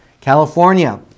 California